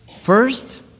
First